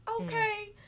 Okay